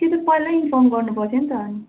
त्यो त पहिल्यै इन्फर्म गर्नु पर्थ्यो नि त अनि